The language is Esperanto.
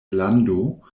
lando